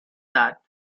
that